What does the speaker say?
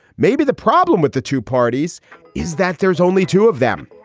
maybe the problem with the two parties is that there's only two of them.